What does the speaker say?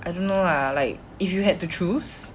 I don't know lah like if you had to choose